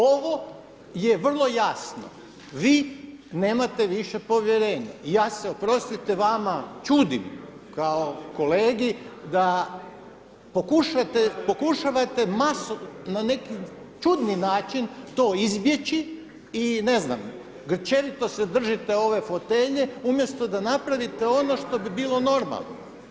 Ovo je vrlo jasno, vi nemate više povjerenje i ja se oprostite vama čudim kao kolegi da pokušavate na neki čudni način to izbjeći i ne znam, grčevito se držite ove fotelje umjesto da napravite ono što bi bilo normalno.